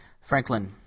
Franklin